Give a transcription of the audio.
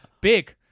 Big